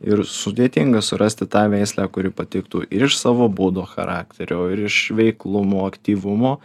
ir sudėtinga surasti tą veislę kuri patiktų iš savo būdo charakterio ir iš veiklumo aktyvumo